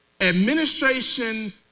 Administration